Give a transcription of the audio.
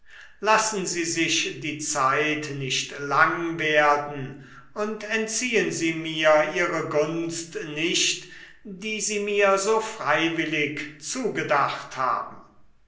lassen sie sich die zeit nicht lang werden und entziehen sie mir ihre gunst nicht die sie mir so freiwillig zugedacht haben